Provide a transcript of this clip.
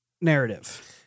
narrative